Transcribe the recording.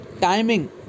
Timing